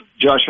Josh